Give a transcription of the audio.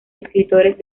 escritores